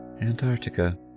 Antarctica